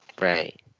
Right